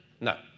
No